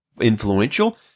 influential